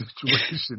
situation